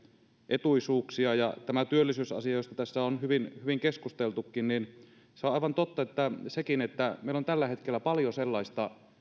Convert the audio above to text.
etuisuuksia tässä työllisyysasiassa josta tässä on hyvin hyvin keskusteltukin on aivan totta sekin että meillä on tällä hetkellä paljon sellaista